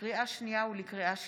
לקריאה שנייה ולקריאה שלישית,